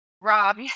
Rob